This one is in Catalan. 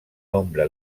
nombre